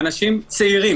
מעבר לזה שעשרות אלפי מצילים,